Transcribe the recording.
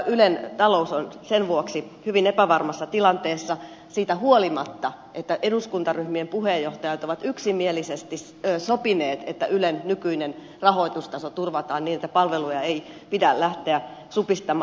ylen talous on sen vuoksi hyvin epävarmassa tilanteessa siitä huolimatta että eduskuntaryhmien puheenjohtajat ovat yksimielisesti sopineet että ylen nykyinen rahoitustaso turvataan niin että palveluja ei pidä lähteä supistamaan